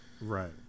Right